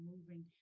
moving